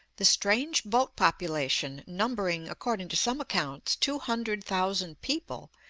the strange boat population, numbering, according to some accounts, two hundred thousand people,